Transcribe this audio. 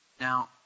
Now